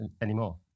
anymore